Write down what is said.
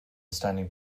standing